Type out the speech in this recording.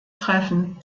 treffen